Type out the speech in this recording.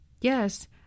Yes